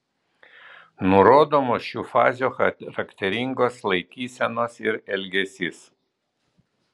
nurodomos šių fazių charakteringos laikysenos ir elgesys